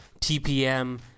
TPM